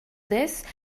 this